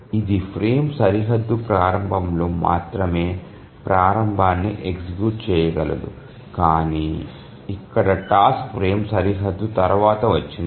ఇది ఫ్రేమ్ సరిహద్దు ప్రారంభంలో మాత్రమే ప్రారంభాన్ని ఎగ్జిక్యూట్ చేయగలదు కానీ ఇక్కడ టాస్క్ ఫ్రేమ్ సరిహద్దు తర్వాత వచ్చింది